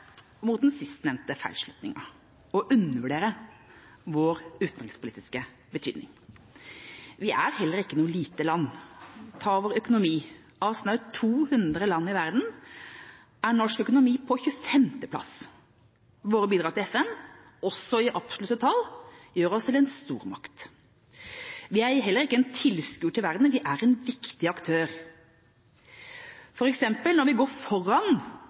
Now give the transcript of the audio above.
mot den sistnevnte feilslutningen, å undervurdere vår utenrikspolitiske betydning. Vi er heller ikke noe lite land. Ta vår økonomi: Av snaut 200 land i verden er norsk økonomi på 25. plass. Våre bidrag til FN, også i absolutte tall, gjør oss til en stormakt. Vi er heller ikke en tilskuer til verden. Vi er en viktig aktør, f.eks. når vi går foran